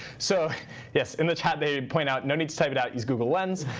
so yes, in the chat, they point out no need to type it out. use google lens.